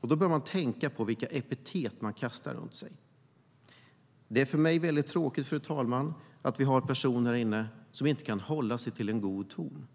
Då bör man tänka på vilka epitet man kastar runt sig. Det är för mig väldigt tråkigt, fru talman, att vi har personer här inne som inte kan hålla en god ton.